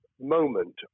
moment